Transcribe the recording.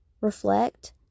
reflect